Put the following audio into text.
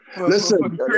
Listen